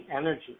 energy